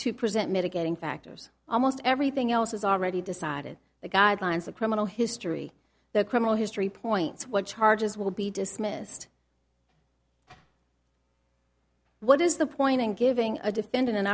to present mitigating factors almost everything else is already decided the guidelines the criminal history the criminal history points what charges will be dismissed what is the point in giving a defendant an